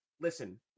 Listen